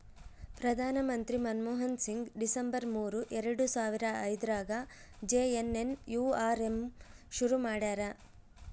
ಪ್ರಧಾನ ಮಂತ್ರಿ ಮನ್ಮೋಹನ್ ಸಿಂಗ್ ಡಿಸೆಂಬರ್ ಮೂರು ಎರಡು ಸಾವರ ಐದ್ರಗಾ ಜೆ.ಎನ್.ಎನ್.ಯು.ಆರ್.ಎಮ್ ಶುರು ಮಾಡ್ಯರ